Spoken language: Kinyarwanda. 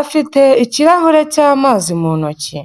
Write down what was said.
afite ikirahure cy'amazi mu ntoki.